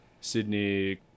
Sydney